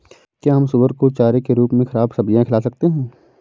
क्या हम सुअर को चारे के रूप में ख़राब सब्जियां खिला सकते हैं?